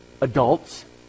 adults